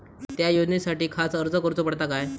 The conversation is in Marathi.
त्या योजनासाठी खास अर्ज करूचो पडता काय?